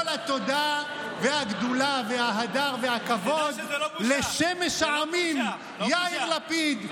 כל התודה והגדולה וההדר והכבוד לשמש העמים יאיר לפיד,